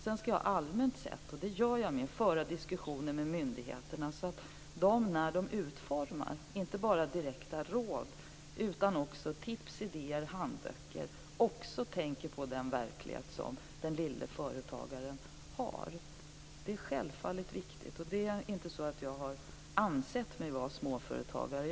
Sedan ska jag allmänt sett - vilket jag också gör - föra diskussioner med myndigheterna så att de, när de utformar inte bara direkta råd utan också tips, idéer och handböcker, också tänker på den lille företagarens verklighet. Detta är självfallet viktigt. Det är inte så att jag anser mig ha varit småföretagare.